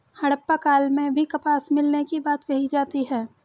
हड़प्पा काल में भी कपास मिलने की बात कही जाती है